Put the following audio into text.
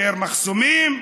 ביותר מחסומים,